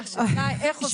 חס וחלילה, אדוני.